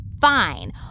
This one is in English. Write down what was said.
fine